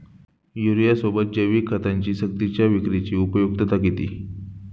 युरियासोबत जैविक खतांची सक्तीच्या विक्रीची उपयुक्तता किती?